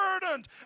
burdened